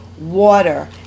water